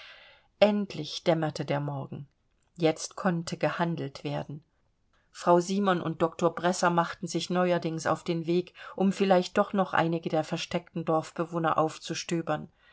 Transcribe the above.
endlich dämmerte der morgen jetzt konnte gehandelt werden frau simon und doktor bresser machten sich neuerdings auf den weg um vielleicht doch noch einige der versteckten dorfbewohner aufzustöbern